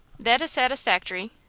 that is satisfactory.